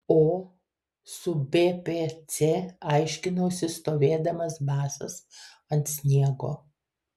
o su bpc aiškinausi stovėdamas basas ant sniego